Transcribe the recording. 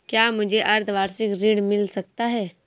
क्या मुझे अर्धवार्षिक ऋण मिल सकता है?